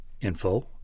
info